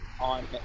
on